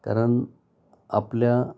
कारण आपल्या